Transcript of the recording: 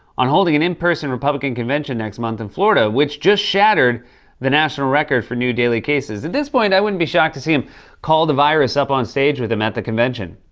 on holding an in-person republican convention next month in florida, which just shattered the national record for new daily cases. at this point, i wouldn't be shocked to see him call the virus up onstage with him at the convention.